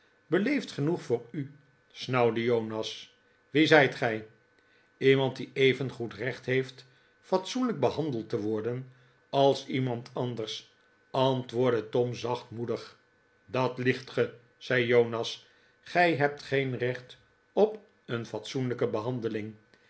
beleeid genoeg voor u snauwde jonas wie zijt gij iemand die evengoed recht heeft fatsoenlijk behandeld te worden als iemand anders antwoordde tom zachtmoedig dat liegt ge zei jonas gij hebt geen recht op een fatsoenlijke behandeling